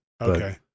Okay